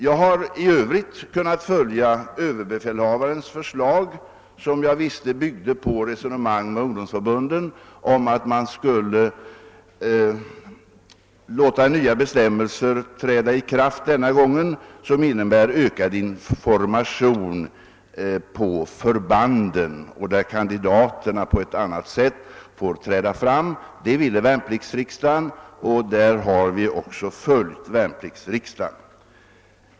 Jag har i övrigt kunna följa överbefälhavarens förslag, som jag visste var byggt på resonemang med ungdomsförbunden om att man denna gång skulle låta nya bestämmelser träda i kraft, som innebär ökad information på förbanden och att kandidaterna på ett annat sätt får träda fram. Det ville värnpliktsriksdagen, och i det avseendet har vi också följt den.